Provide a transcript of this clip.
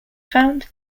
found